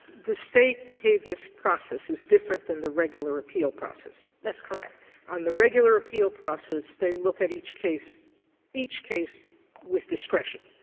the state habeas process is different than the regular appeal process. that's correct. sotomayor on the regular appeal process, they look at each case each case with discretion.